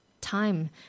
time